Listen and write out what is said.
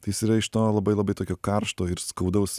tai jis yra iš to labai labai tokio karšto ir skaudaus